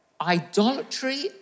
Idolatry